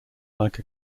like